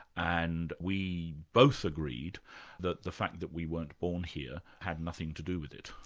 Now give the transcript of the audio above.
and we both agreed that the fact that we weren't born here had nothing to do with it.